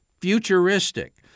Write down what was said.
futuristic